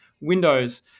Windows